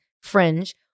fringe